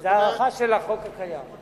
זה הארכה של החוק הקיים.